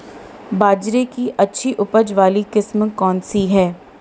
बाजरे की अच्छी उपज वाली किस्म कौनसी है?